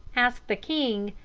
ask the king,